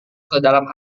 kedalam